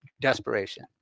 desperation